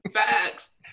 Facts